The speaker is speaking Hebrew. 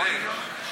אז למה אתם ממשיכים?